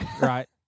right